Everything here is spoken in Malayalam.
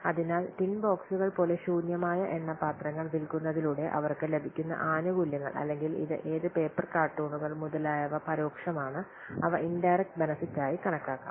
അതിനാൽ ടിൻ ബോക്സുകൾ പോലെ ശൂന്യമായ എണ്ണ പാത്രങ്ങൾ വിൽക്കുന്നതിലൂടെ അവർക്ക് ലഭിക്കുന്ന ആനുകൂല്യങ്ങൾ അല്ലെങ്കിൽ ഇത് ഏത് പേപ്പർ കാർട്ടൂണുകൾ മുതലായവ പരോക്ഷമാണ് അവ ഇൻഡയറക്റ്റ് ബെനെഫിറ്റ് ആയി കണക്കാക്കാം